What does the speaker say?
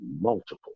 multiple